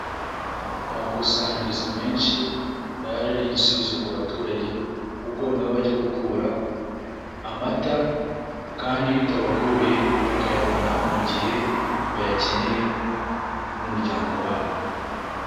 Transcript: Amakusanyirizo menshi yaje ari igisubizo ku baturage kuko niho bajya gukura amata kandi bitabagoye bakayabona mu gihe bayakeneye n'umuryango wabo.